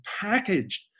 packaged